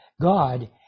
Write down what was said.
God